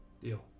Deal